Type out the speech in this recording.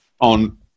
on